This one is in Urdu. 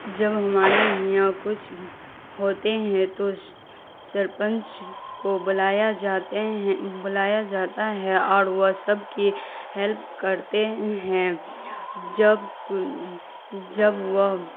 جب ہمارے یہاں کچھ ہوتے ہیں تو سرپنچ کو بلایا جاتے ہیں بلایا جاتا ہے اور وہ سب کی ہیلپ کرتے ہیں جب جب وہ